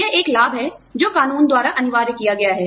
यह एक लाभ है जो कानून द्वारा अनिवार्य किया गया है